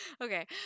okay